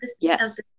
yes